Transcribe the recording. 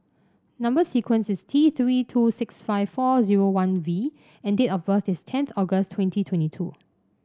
number sequence is T Three two six five four zero one V and date of birth is tenth August twenty twenty two